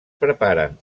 preparen